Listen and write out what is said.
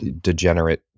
degenerate